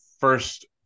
first